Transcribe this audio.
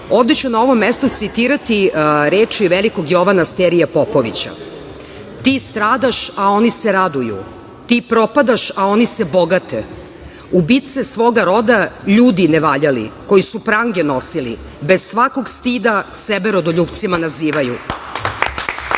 ovde ću na ovom mestu citirati reči velikog Jovana Sterije Popovića: "Ti stradaš a oni se raduju, ti propadaš a oni se bogate, ubice svoga roda, ljudi nevaljali koji su prangije nosili, bez svakog stida sebe rodoljupcima nazivaju.